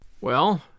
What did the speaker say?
Well